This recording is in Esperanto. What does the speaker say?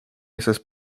estas